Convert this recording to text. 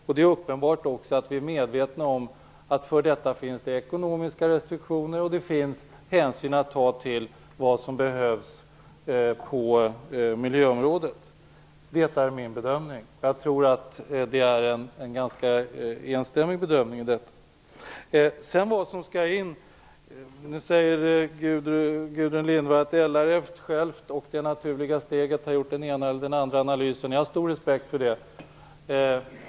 Det är också uppenbart att vi är medvetna om att det för detta finns ekonomiska restriktioner och hänsyn att ta till vad som behövs på miljöområdet. Det är min bedömning. Jag tror också att det är en ganska enstämmig bedömning. När det gäller vad som skall ingå säger Gudrun Lindvall att LRF självt och Det Naturliga Steget har gjort den ena eller den andra analysen, och jag har självfallet stor respekt för det.